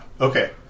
Okay